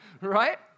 Right